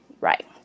right